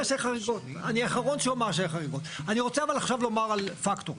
אני רוצה עכשיו לומר על פקטורים,